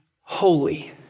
holy